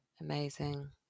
Amazing